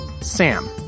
Sam